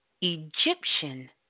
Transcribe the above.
Egyptian